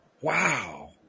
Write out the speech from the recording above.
wow